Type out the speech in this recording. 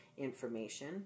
information